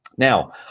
Now